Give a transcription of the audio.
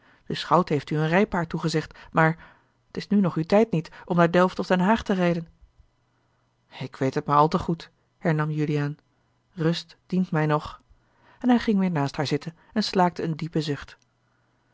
de schout heeft u een rijpaard toegezegd maar t is nu nog uw tijd niet om naar delft of den haag te rijden ik weet het maar al te goed hernam juliaan rust dient mij nog en hij ging weêr naast haar zitten en slaakte een diepen zucht